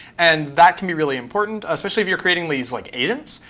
and that can be really important, especially if you're creating these like agents.